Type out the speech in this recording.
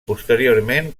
posteriorment